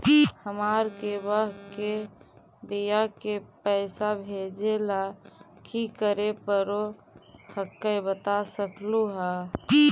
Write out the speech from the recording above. हमार के बह्र के बियाह के पैसा भेजे ला की करे परो हकाई बता सकलुहा?